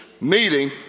meeting